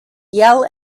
yell